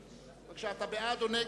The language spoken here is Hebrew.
אתה בעד או נגד?